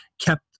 kept